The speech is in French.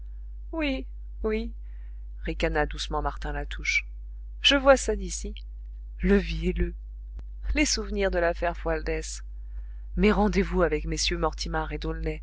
oui oui ricana doucement martin latouche je vois ça d'ici le vielleux les souvenirs de l'affaire fualdès mes rendez-vous avec mm mortimar